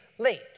Late